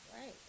Right